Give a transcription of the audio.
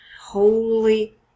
Holy